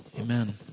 Amen